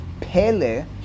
Pele